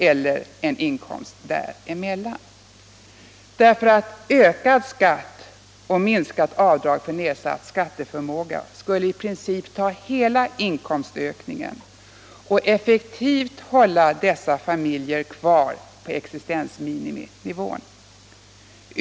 eller någonting där emellan, Ökad skatt och minskat avdrag för nedsatt skatteförmåga skulle i princip ta hela inkomstökningen och effektivt hålla dessa familjer kvar på existensminiminivån.